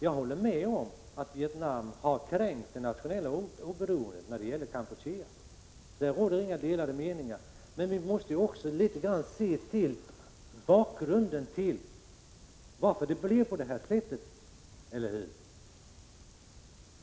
Jag håller med om att Vietnam har kränkt det nationella oberoendet i Kampuchea. Därom råder inga delade meningar. Men vi måste se på bakgrunden till att det blev på detta sätt. Eller hur?